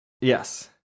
Yes